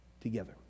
together